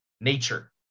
nature